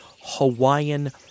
Hawaiian